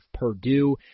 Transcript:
Purdue